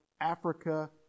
Africa